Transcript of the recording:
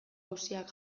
auziak